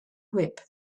whip